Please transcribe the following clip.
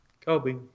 Kobe